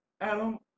Adam